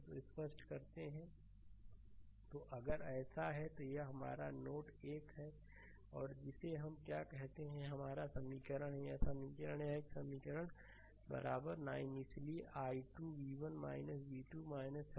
तो यह स्पष्ट करते हैं स्लाइड समय देखें 1816 तो अगर ऐसा है तो यह हमारा नोड 1 और यह जिसे हम क्या कहते हैं यह हमारा समीकरण है यह समीकरण यह है कि समीकरण 9 इसलिए i2 v1 v2 32 बाइ 2